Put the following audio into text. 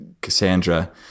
cassandra